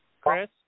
Chris